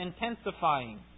intensifying